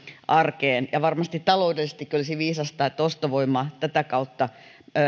arkeen ja varmasti taloudellisestikin olisi viisasta että ostovoima tätä kautta